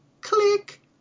click